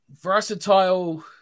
versatile